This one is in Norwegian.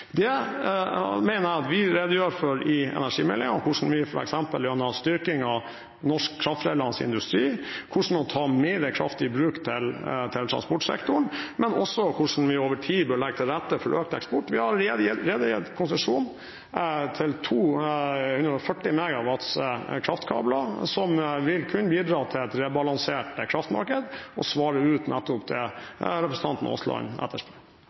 Det mener jeg at vi redegjør for i energimeldingen, om hvordan vi f.eks. bør styrke norsk kraftforedlende industri, hvordan man tar mer kraft i bruk til transportsektoren, men også hvordan vi over tid bør legge til rette for økt eksport. Vi har allerede gitt konsesjon til 2400 MW kraftkabler som vil kunne bidra til et rebalansert kraftmarked, og svarer ut nettopp det representanten Aasland